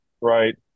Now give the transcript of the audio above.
right